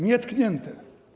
Nietknięte.